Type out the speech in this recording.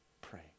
pray